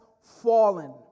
fallen